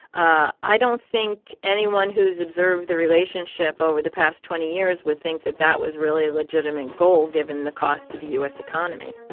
ah i don't think anyone who's observed the relationship over the past twenty years would think that that was really a legitimate goal, given the cost to the u s. economy